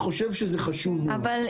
יובל,